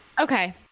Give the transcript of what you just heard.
Okay